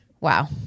Wow